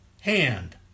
hand